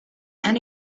and